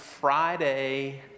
Friday